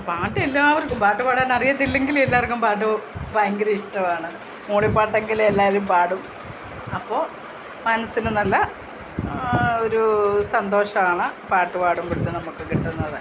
പാട്ട് എല്ലാവർക്കും പാട്ടുപാടാൻ അറിയത്തില്ലെങ്കിലും എല്ലാവർക്കും പാട്ട് ഭയങ്കര ഇഷ്ടാവാണ് മൂളിപ്പാട്ടെങ്കിലും എല്ലാവരും പാടും അപ്പോൾ മനസിന് നല്ല ഒരു സന്തോഷമാണ് പാട്ട് പാടുമ്പോഴത്തേനും നമുക്ക് കിട്ടുന്നത്